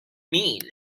mean